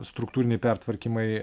struktūriniai pertvarkymai